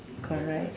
correct